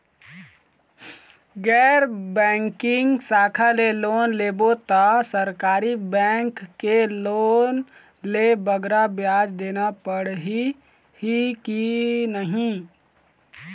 गैर बैंकिंग शाखा ले लोन लेबो ता सरकारी बैंक के लोन ले बगरा ब्याज देना पड़ही ही कि नहीं?